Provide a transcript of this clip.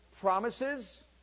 promises